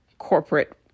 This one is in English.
corporate